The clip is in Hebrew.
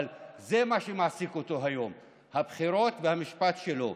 אבל זה מה שמעסיק אותו היום: הבחירות והמשפט שלו.